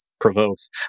provokes